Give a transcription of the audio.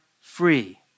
free